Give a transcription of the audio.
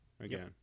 again